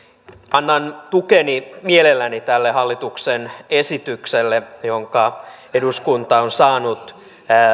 annan tukeni mielelläni tälle hallituksen esitykselle jonka eduskunta on saanut